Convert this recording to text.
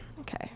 okay